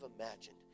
imagined